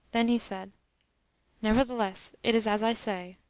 then he said nevertheless it is as i say.